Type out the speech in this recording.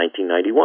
1991